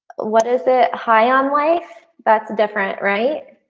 what? is it high on life that's different, right?